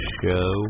show